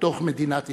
בתוך מדינת ישראל.